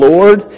Lord